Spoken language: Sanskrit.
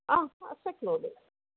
आ शक्नोमि